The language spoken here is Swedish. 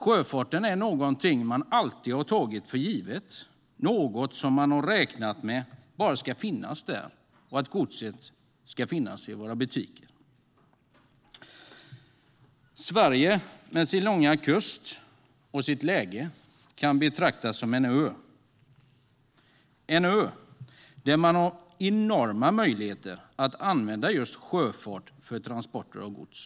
Sjöfarten är någonting som man alltid har tagit för given, någonting som man har räknat med bara ska finnas där. Man har också tagit för givet att godset ska finnas i våra butiker. Sverige med sin långa kust och sitt läge kan betraktas som en ö, en ö där man har enorma möjligheter att använda just sjöfart för transporter av gods.